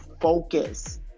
focus